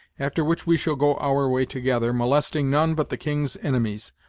after which we shall go our way together, molesting none but the king's inimies,